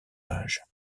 âge